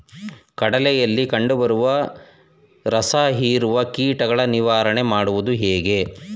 ಕಡಲೆಯಲ್ಲಿ ಕಂಡುಬರುವ ರಸಹೀರುವ ಕೀಟಗಳ ನಿವಾರಣೆ ಮಾಡುವುದು ಹೇಗೆ?